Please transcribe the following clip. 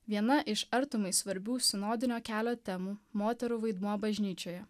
viena iš artumai svarbių sinodinio kelio temų moterų vaidmuo bažnyčioje